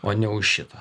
o ne už šitą